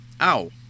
Ow